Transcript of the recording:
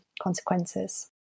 consequences